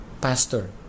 pastor